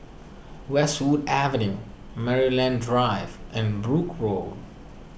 Westwood Avenue Maryland Drive and Brooke Road